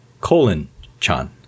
colon-chan